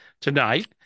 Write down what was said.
tonight